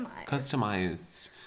Customized